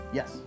Yes